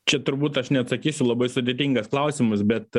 čia turbūt aš neatsakysiu labai sudėtingas klausimas bet